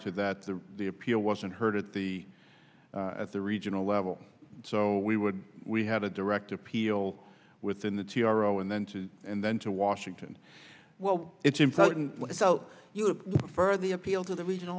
to that the the appeal wasn't heard at the at the regional level so we would we had a direct appeal within the t r o and then and then to washington well it's important so for the appeal to the regional